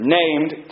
named